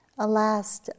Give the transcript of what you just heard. Alas